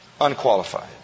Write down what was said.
unqualified